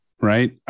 right